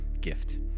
gift